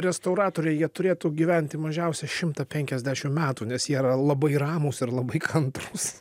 restauratoriai jie turėtų gyventi mažiausiai šimtą penkiasdešimt metų nes jie yra labai ramūs ir labai kantrūs